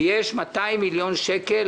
ויש 200 מיליון שקל